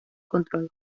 control